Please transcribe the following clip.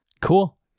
Cool